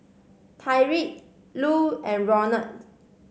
Tyriq Lu and Ronald